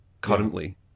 currently